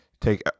take